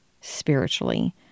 spiritually